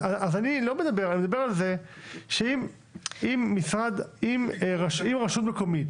אני מדבר על כך שאם רשות מקומית,